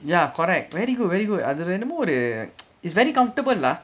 ya correct very good very good அதுல என்னமோ ஒரு:athulae ennamo oru it's very comfortable lah